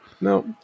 no